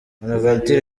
bonaventure